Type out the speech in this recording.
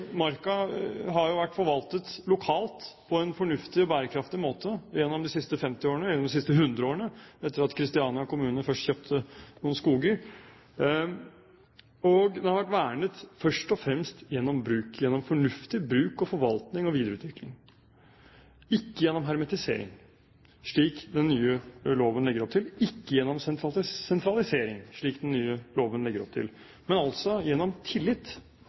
Marka har vært forvaltet lokalt på en fornuftig og bærekraftig måte gjennom de siste 50 årene – gjennom de siste 100 årene, etter at Kristiania kommune først kjøpte noen skoger. Den har vært vernet først og fremst gjennom fornuftig bruk og forvaltning og videreutvikling, ikke gjennom hermetisering, slik den nye loven legger opp til, og ikke gjennom sentralisering, slik den nye loven legger opp til, men altså gjennom tillit